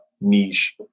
niche